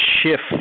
shift